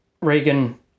Reagan